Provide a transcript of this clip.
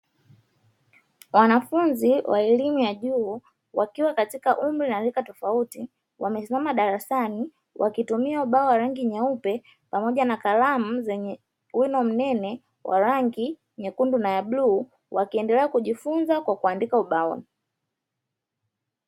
Wanafunzi wa elimu ya juu, wakiwa katika umri na rika tofauti. Wamesimama darasani wakitumia ubao wa rangi nyeupe pamoja na kalamu zenye wino mnene wa rangi nyekundu na bluu, wakiendelea kujifunza kwa kuandika ubaoni .